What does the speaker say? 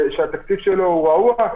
שהתקציב רעועה,